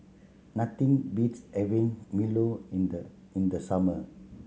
nothing beats having milo in the in the summer